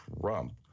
Trump